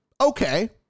okay